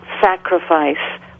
sacrifice